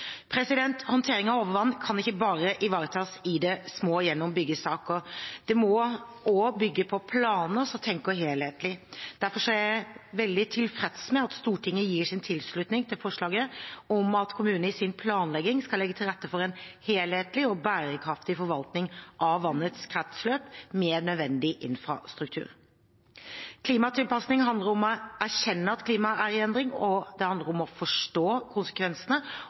Håndtering av overvann kan ikke bare ivaretas i det små gjennom byggesaker, det må også bygge på planer som tenker helhetlig. Derfor er jeg veldig tilfreds med at Stortinget gir sin tilslutning til forslaget om at kommunene i sin planlegging skal legge til rette for en helhetlig og bærekraftig forvaltning av vannets kretsløp med nødvendig infrastruktur. Klimatilpasning handler om å erkjenne at klimaet er i endring, det handler om å forstå konsekvensene